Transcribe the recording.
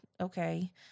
okay